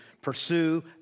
pursue